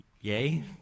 yay